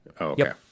Okay